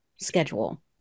schedule